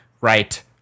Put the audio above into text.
right